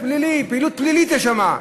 פעילות פלילית יש שם.